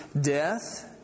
death